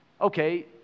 Okay